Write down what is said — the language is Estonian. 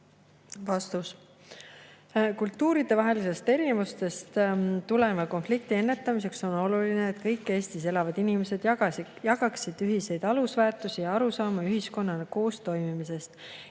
Vastus. Kultuuridevahelistest erinevustest tuleneva konflikti ennetamiseks on oluline, et kõik Eestis elavad inimesed jagaksid ühiseid alusväärtusi ja arusaama ühiskonnana koostoimimisest.